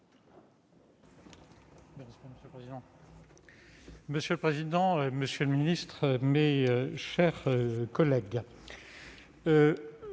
monsieur le président, monsieur le ministre, mes chers collègues,